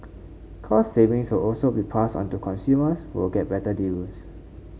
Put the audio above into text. cost savings will also be passed onto consumers will get better deals